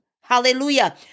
Hallelujah